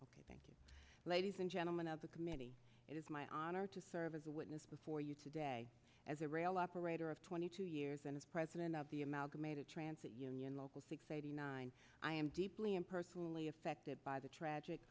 ok thank you ladies and gentlemen of the committee it is my honor to serve as a witness before you today as a rail operator of twenty two years and as president of the amalgamated transit union local six eighty nine i am deeply and personally affected by the tragic